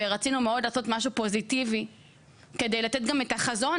רצינו מאוד לעשות משהו פוזיטיבי כדי לתת גם את החזון,